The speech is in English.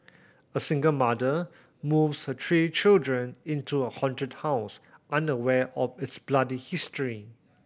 a single mother moves her three children into a haunted house unaware of its bloody history